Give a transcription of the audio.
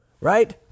right